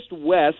west